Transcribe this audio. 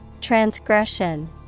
transgression